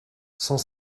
cent